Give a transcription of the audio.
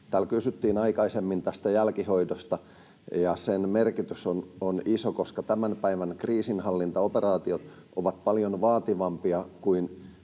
Täällä kysyttiin aikaisemmin jälkihoidosta, ja sen merkitys on iso, koska tämän päivän kriisinhallintaoperaatiot ovat paljon vaativampia kuin